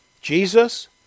Jesus